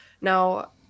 Now